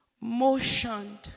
motioned